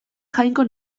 jainko